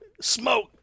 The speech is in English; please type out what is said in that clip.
Smoke